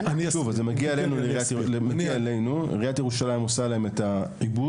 זה מגיע אלינו ויחד עם עיריית ירושלים עושים להם את העיבוד,